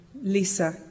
Lisa